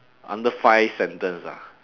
under five sentence ah